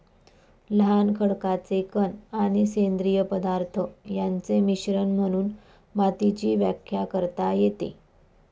लहान खडकाचे कण आणि सेंद्रिय पदार्थ यांचे मिश्रण म्हणून मातीची व्याख्या करता येते